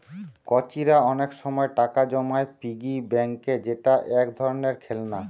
কচিরা অনেক সময় টাকা জমায় পিগি ব্যাংকে যেটা এক ধরণের খেলনা